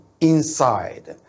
inside